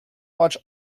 watch